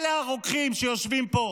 אלה הרוקחים שיושבים פה.